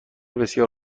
بسیار